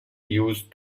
used